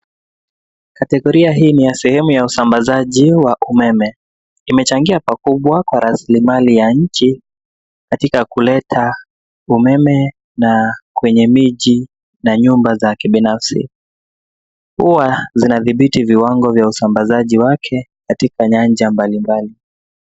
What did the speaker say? Kategoria hii ni ya sehemu ya usambazaji wa umeme. Imechangia pakubwa kwa rasilimali ya nchi katika kuleta umeme na kwenye miji na nyumba za kibinafsi. Huwa zinadhibiti viwango vya usambazaji wake katika nyanja mbalimbali.